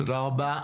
תודה רבה.